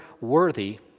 worthy